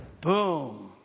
boom